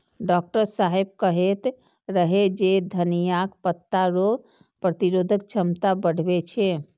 doctor साहेब कहैत रहै जे धनियाक पत्ता रोग प्रतिरोधक क्षमता बढ़बै छै